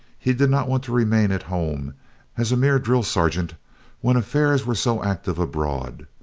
he did not want to remain at home as a mere drill sergeant when affairs were so active abroad.